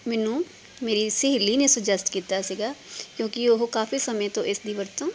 ਮੈਨੂੰ ਮੇਰੀ ਸਹੇਲੀ ਨੇ ਸਜੈਸਟ ਕੀਤਾ ਸੀਗਾ ਕਿਉਂਕਿ ਉਹ ਕਾਫ਼ੀ ਸਮੇਂ ਤੋਂ ਇਸ ਦੀ ਵਰਤੋਂ